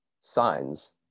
signs